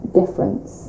difference